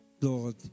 Lord